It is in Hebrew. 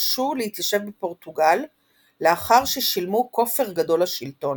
הורשו להתיישב בפורטוגל לאחר ששילמו כופר גדול לשלטון.